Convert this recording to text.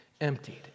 emptied